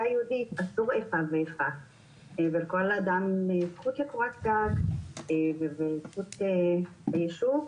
יהודית אסור איפה ואיפה ולכל אדם זכות של קורת גג וזכות ביישוב.